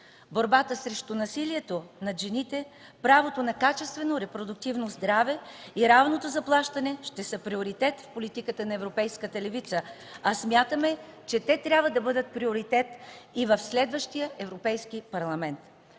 Борбата срещу насилието над жените, правото на качествено, репродуктивно здраве и равното заплащане ще са приоритет в политиката на европейката левица, а смятаме, че те трябва да бъдат приоритет и в следващия Европейски парламент.